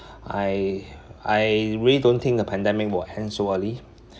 I I really don't think the pandemic will end so early